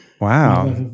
Wow